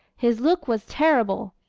his look was terrible.